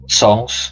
songs